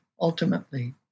ultimately